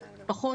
פחות,